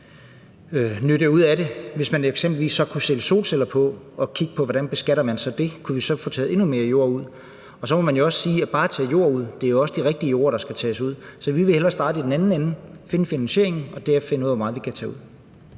ud af det. Hvis man eksempelvis kunne sætte solceller på og kigge på, hvordan vi beskatter det, kunne vi så få taget endnu mere jord ud? Og så må man også sige, at det ikke bare er at tage jord ud, for det er jo også de rigtige jorder, der skal tages ud. Vi vil hellere starte i den anden ende, altså finde finansieringen og derefter finde ud af, hvor meget vi kan tage ud.